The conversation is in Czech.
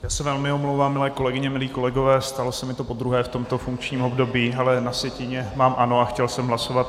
Já se velmi omlouvám, milé kolegyně, milí kolegové, stalo se mi to podruhé v tomto funkčním období, ale na sjetině mám ano a chtěl jsem hlasovat ne.